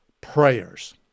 prayers